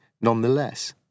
nonetheless